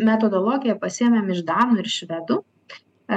metodologiją pasiėmėm iš danų ir švedų